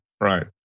right